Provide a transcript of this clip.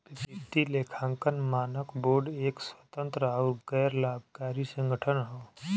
वित्तीय लेखांकन मानक बोर्ड एक स्वतंत्र आउर गैर लाभकारी संगठन हौ